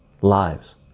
lives